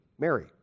Mary